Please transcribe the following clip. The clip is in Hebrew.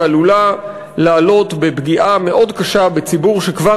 ועלולה לעלות בפגיעה מאוד קשה בציבור שכבר